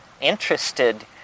interested